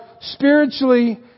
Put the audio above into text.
spiritually